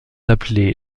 appelés